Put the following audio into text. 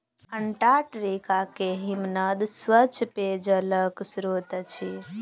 Antarctica के हिमनद स्वच्छ पेयजलक स्त्रोत अछि